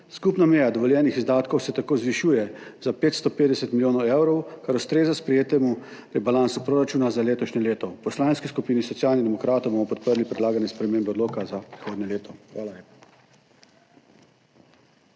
Skupna meja dovoljenih izdatkov se tako zvišuje za 550 milijonov evrov, kar ustreza sprejetemu rebalansu proračuna za letošnje leto. V Poslanski skupini Socialnih demokratov bomo podprli predlagane spremembe odloka za prihodnje leto. Hvala